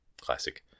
classic